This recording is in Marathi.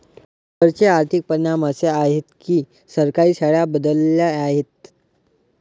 कर चे आर्थिक परिणाम असे आहेत की सरकारी शाळा बदलल्या आहेत